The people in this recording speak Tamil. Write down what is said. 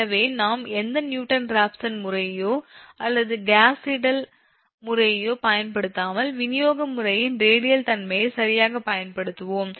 எனவே நாம் எந்த நியூட்டன் ராப்சன் முறையையோ அல்லது காஸ் சீடல் முறையையோ பயன்படுத்தாமல் விநியோக முறையின் ரேடியல் தன்மையை சரியாகப் பயன்படுத்துவோம்